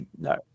No